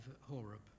Horeb